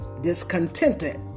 discontented